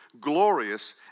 Glorious